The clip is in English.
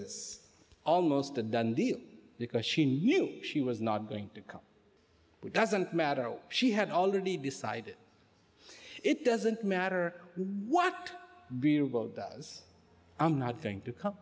is almost a done deal because she knew she was not going to come up with doesn't matter she had already decided it doesn't matter what does i'm not going to come